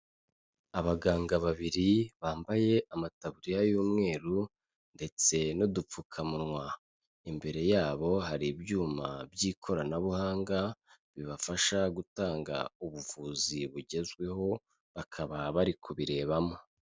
Abaganga babiri bambaye amataburiya y'umweru ndetse n'udupfukamunwa, imbere yabo hari ibyuma by'ikoranabuhanga bibafasha gutanga ubuvuzi bugezweho, bakaba bari kubirebamo.